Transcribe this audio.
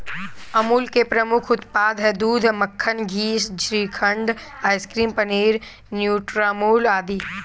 अमूल के प्रमुख उत्पाद हैं दूध, मक्खन, घी, श्रीखंड, आइसक्रीम, पनीर, न्यूट्रामुल आदि